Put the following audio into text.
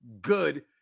good